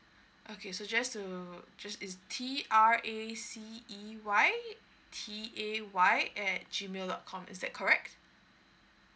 okay so just to just is T R A C E Y T A Y at G mail dot com is that correct